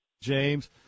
James